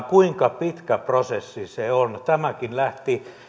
kuinka pitkä prosessi se on kun lakeja uudistetaan tämäkin lähti